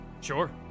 Sure